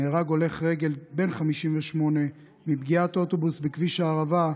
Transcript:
נהרג הולך רגל בן 58 מפגיעת אוטובוס בכביש הערבה,